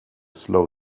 slow